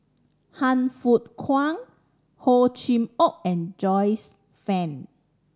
Han Fook Kwang Hor Chim Or and Joyce Fan